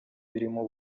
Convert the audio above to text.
birimo